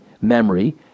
memory